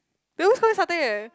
they always call me satay eh